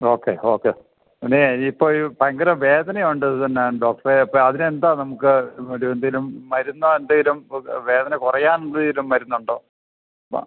okay okay ഇനി ഇപ്പം ഇത് ഭയങ്കര വേദനയുണ്ട് ഇതെന്നാ ഡോക്ടറേ ഇപ്പം അതിനെന്താ നമുക്ക് ഒരു എന്തെങ്കിലും മരുന്നോ എന്തെങ്കിലും ഒക്കെ വേദന കുറയാൻ എന്തെങ്കിലും മരുന്നുണ്ടോ ഇപ്പം